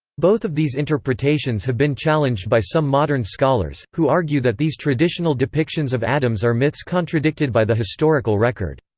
both of these interpretations have been challenged by some modern scholars, who argue that these traditional depictions of adams are myths contradicted by the historical record.